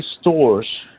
stores